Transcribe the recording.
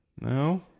No